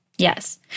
Yes